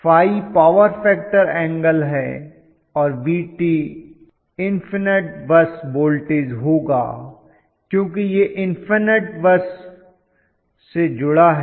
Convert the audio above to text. ϕ power factor angle है और Vt infinite bus voltage होगा क्योंकि यह इन्फनट बस से जुड़ा है